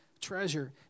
treasure